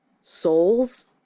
souls